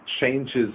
changes